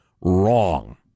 wrong